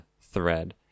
thread